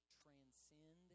transcend